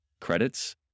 credits